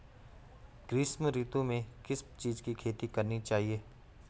ग्रीष्म ऋतु में किस चीज़ की खेती करनी चाहिये?